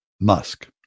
musk